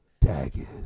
Daggers